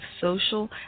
social